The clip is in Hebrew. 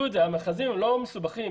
המכרזים הם לא מסובכים,